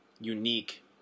unique